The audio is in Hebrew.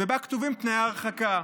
ובו כתובים תנאי ההרחקה.